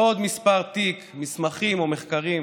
לא עוד מספר תיק, מסמכים או מחקרים,